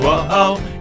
Whoa